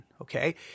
Okay